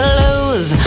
lose